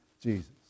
Jesus